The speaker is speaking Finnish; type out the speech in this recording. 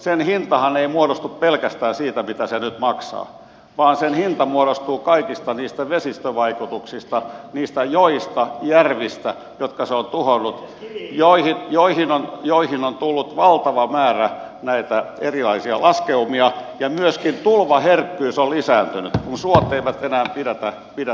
sen hintahan ei muodostu pelkästään siitä mitä se nyt maksaa vaan sen hinta muodostuu kaikista niistä vesistövaikutuksista niistä joista järvistä jotka se on tuhonnut joihin on tullut valtava määrä erilaisia laskeumia ja myöskin tulvaherkkyys on lisääntynyt kun suot eivät enää pidätä vettä